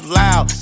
loud